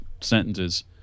sentences